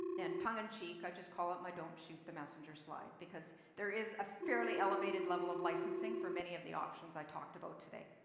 and tongue-in-cheek. i just call it my don't shoot t the messenger slide because there is a fairly elevated level of licensing for many of the options i talked about today.